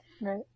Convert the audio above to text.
Right